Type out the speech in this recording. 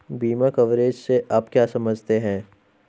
बीमा कवरेज से आप क्या समझते हैं?